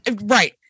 Right